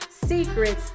secrets